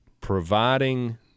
providing –